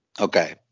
Okay